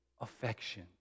affection